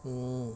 mm